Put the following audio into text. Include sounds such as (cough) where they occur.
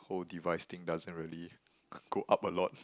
whole device thing doesn't really (noise) go up a lot